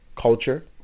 culture